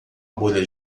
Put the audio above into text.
bolha